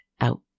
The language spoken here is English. out